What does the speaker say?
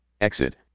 Exit